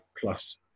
plus